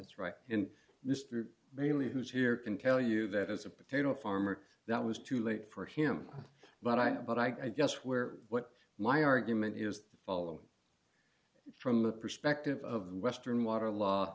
ts right in this through really who's here can tell you that as a potato farmer that was too late for him but i but i guess where what my argument is the following from the perspective of western water law